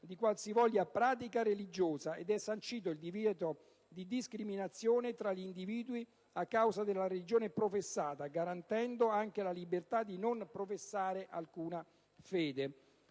di qualsivoglia pratica religiosa, sancendo il divieto di discriminazione tra gli individui a causa della religione professata, garantendo anche la libertà di non professare alcuna fede.